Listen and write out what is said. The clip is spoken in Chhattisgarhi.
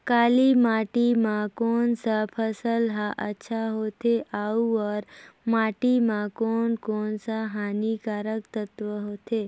काली माटी मां कोन सा फसल ह अच्छा होथे अउर माटी म कोन कोन स हानिकारक तत्व होथे?